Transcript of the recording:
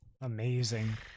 Amazing